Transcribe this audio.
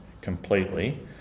completely